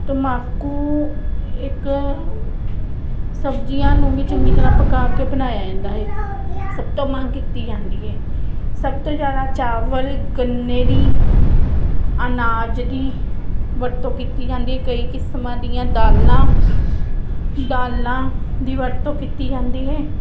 ਤੰਬਾਕੂ ਇੱਕ ਸਬਜ਼ੀਆਂ ਨੂੰ ਵੀ ਚੰਗੀ ਤਰਾਂ ਪਕਾ ਕੇ ਬਣਾਇਆ ਜਾਂਦਾ ਹੈ ਸਭ ਤੋਂ ਮੰਗ ਕੀਤੀ ਜਾਂਦੀ ਹੈ ਸਭ ਤੋਂ ਜ਼ਿਆਦਾ ਚਾਵਲ ਗੰਨੇ ਦੀ ਅਨਾਜ ਦੀ ਵਰਤੋਂ ਕੀਤੀ ਜਾਂਦੀ ਕਈ ਕਿਸਮਾਂ ਦੀਆਂ ਦਾਲਾਂ ਦਾਲਾਂ ਦੀ ਵਰਤੋਂ ਕੀਤੀ ਜਾਂਦੀ ਹੈ